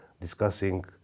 discussing